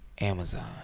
Amazon